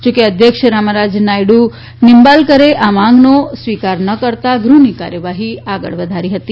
જોકે અધ્યક્ષ રામરાજે નાયડુ નિમબાલકરે આ માંગનો સ્વીકાર ન કરતાં ગૃહની કાર્યવાહી આગળ વધારી હતી